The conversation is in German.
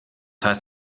heißt